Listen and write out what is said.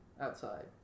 outside